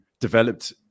developed